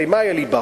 הרי מהי הליבה?